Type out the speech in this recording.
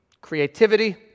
creativity